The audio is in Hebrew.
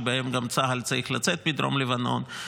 שבהם גם צה"ל צריך לצאת מדרום לבנון.